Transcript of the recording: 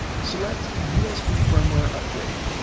select usb firmware upgrade.